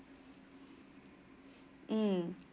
mm